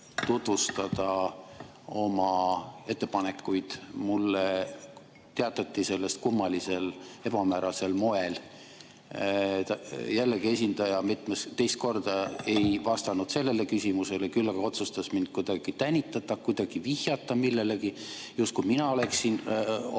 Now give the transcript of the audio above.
oma ettepanekuid, sest mulle teatati sellest kummalisel, ebamäärasel moel. Esindaja juba teist korda ei vastanud sellele küsimusele, küll aga otsustas minu kallal kuidagi tänitada, kuidagi vihjata millelegi, justkui mina oleksin